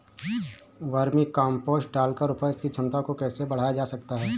Vermi compost डालकर उपज की क्षमता को कैसे बढ़ाया जा सकता है?